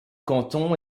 canton